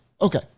okay